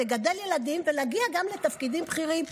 לגדל ילדים ולהגיע גם לתפקידים בכירים.